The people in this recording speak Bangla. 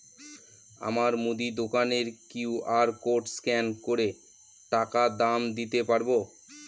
আমার মুদি দোকানের কিউ.আর কোড স্ক্যান করে টাকা দাম দিতে পারব?